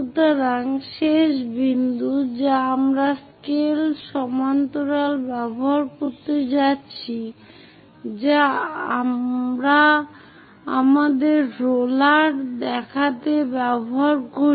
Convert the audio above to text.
সুতরাং শেষ বিন্দু যা আমরা স্কেল সমান্তরাল ব্যবহার করতে যাচ্ছি যা আমরা আমাদের রোলার দেখতে ব্যবহার করি